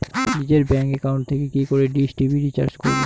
নিজের bank account থেকে কি করে ডিশ টি.ভি রিচার্জ করবো?